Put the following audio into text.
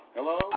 Hello